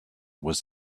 was